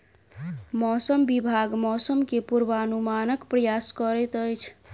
मौसम विभाग मौसम के पूर्वानुमानक प्रयास करैत अछि